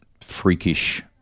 freakish